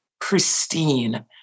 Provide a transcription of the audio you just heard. pristine